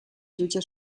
jutge